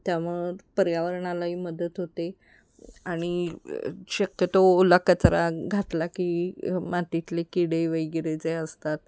त्यामुळे पर्यावरणालाही मदत होते आणि शक्यतो ओला कचरा घातला की मातीतले किडे वगैरे जे असतात